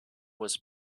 was